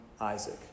Isaac